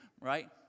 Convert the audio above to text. right